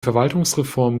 verwaltungsreform